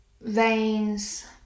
veins